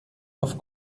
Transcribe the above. auf